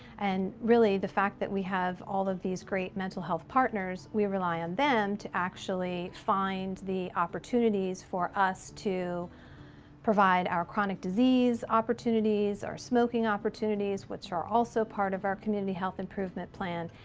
and really, the fact that we have all of these great mental health partners, we rely on them to actually find the opportunities for us to provide our chronic disease opportunities, our smoking opportunities, which are also part of our community health improvement plan,